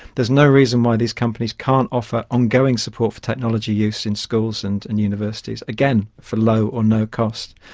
there's no reason why these companies can't offer ongoing support for technology use in schools and and universities, again, for low or no cost.